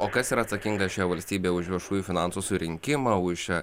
o kas yra atsakinga šioj valstybėj už viešųjų finansų surinkimą už